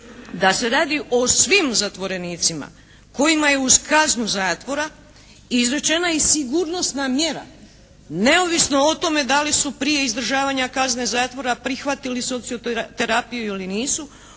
da se radi o svim zatvorenicima kojima je uz kaznu zatvora izrečena i sigurnosna mjera neovisno o tome da li su prije izdržavanja kazne zatvora prihvatili socioterapiju ili nisu,